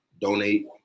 donate